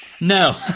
No